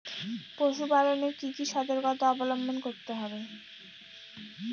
পশুপালন এ কি কি সর্তকতা অবলম্বন করতে হবে?